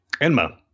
Enma